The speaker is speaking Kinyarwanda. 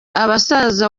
abasaza